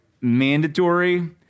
mandatory